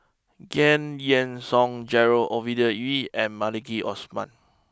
Giam Yean Song Gerald Ovidia Yu and Maliki Osman